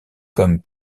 comme